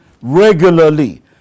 regularly